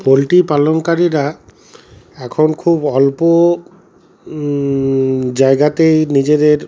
poultry পালনকারীরা এখন খুব অল্প জায়গাতেই নিজেদের